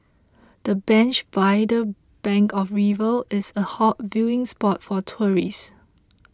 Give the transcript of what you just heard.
the bench by the bank of the river is a hot viewing spot for tourists